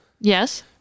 Yes